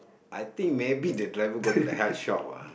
I think maybe the driver go to the health shop ah